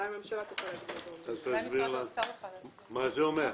אולי הממשלה תוכל להגיד מה זה אומר.